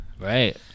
right